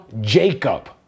Jacob